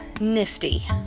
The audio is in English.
nifty